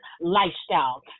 lifestyle